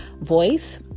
voice